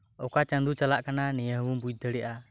ᱚᱠᱟ ᱪᱟᱸᱫᱳ ᱪᱟᱞᱟᱜ ᱠᱟᱱᱟ ᱱᱤᱭᱟᱹ ᱦᱚᱵᱚᱱ ᱵᱩᱡ ᱫᱟᱲᱮᱭᱟᱜᱼᱟ